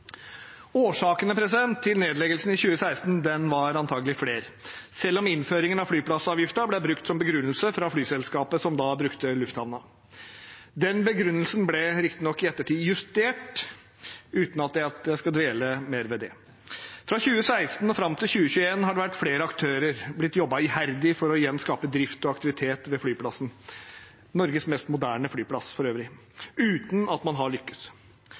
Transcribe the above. Årsakene til nedleggelsen i 2016 var antakelig flere, selv om innføringen av flyplassavgiften ble brukt som begrunnelse fra flyselskapet som da brukte lufthavnen. Den begrunnelsen ble riktignok i ettertid justert, uten at jeg skal dvele mer ved det. Fra 2016 og fram til 2021 har det vært flere aktører. Det har blitt jobbet iherdig for igjen å skape drift og aktivitet ved flyplassen – Norges mest moderne flyplass, for øvrig – uten at man har lykkes.